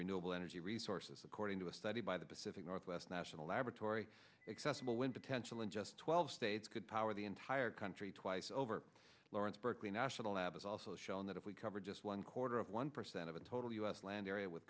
renewable energy resources according to a study by the pacific northwest national laboratory excessively when potential in just twelve states could power the entire country twice over lawrence berkeley national lab is also shown that if we cover just one quarter of one percent of a total us land area with